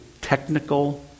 technical